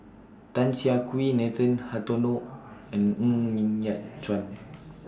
Tan Siah Kwee Nathan Hartono and Ng Yat Chuan